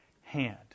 hand